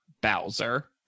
Bowser